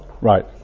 right